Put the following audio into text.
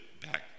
back